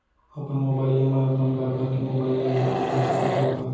अपन मोबाइल ले मैं अपन घरभर के मोबाइल ला रिचार्ज कर सकत हव का?